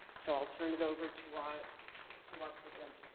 so i'll turn it over to our to our presenters.